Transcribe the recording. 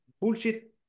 bullshit